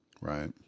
right